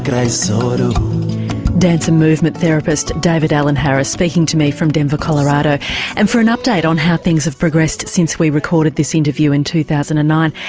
and so dance and movement therapist david alan harris speaking to me from denver colorado and for an update on how things have progressed since we recorded this interview in two thousand and nine,